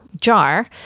Jar